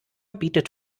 bietet